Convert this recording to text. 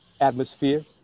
atmosphere